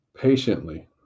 patiently